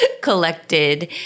collected